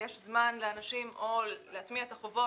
יש זמן לאנשים או להטמיע את החובות,